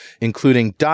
including